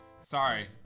sorry